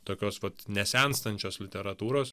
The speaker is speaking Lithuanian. tokios vat nesenstančios literatūros